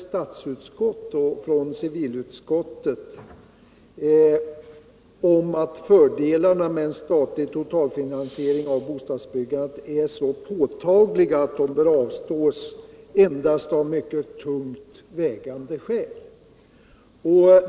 Statsutskottet och civilutskottet har tidigare uttalat att fördelarna med en statlig totalfinansiering av bostadsbyggandet är så påtagliga att de bör avstås endast av mycket tungt vägande skäl.